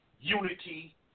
Unity